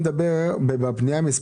אנחנו יודעים שהלימוד בבתי הספר